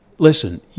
Listen